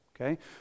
Okay